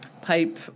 pipe